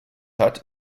hat